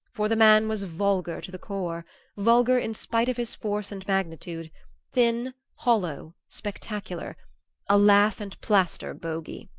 for the man was vulgar to the core vulgar in spite of his force and magnitude thin, hollow, spectacular a lath-and-plaster bogey